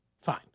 fine